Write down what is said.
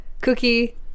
Cookie